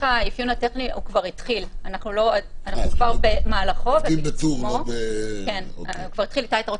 אני רוצה לחדד את זה מהכיוון של מה שאנחנו חווים בוועדת העלייה והקליטה.